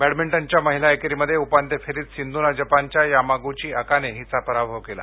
बह्निंटनच्या महिला एकेरीमध्ये उपान्त्य फेरीत सिंधूनं जपानच्या यामागुची अकाने हिचा पराभव केला